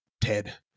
Ted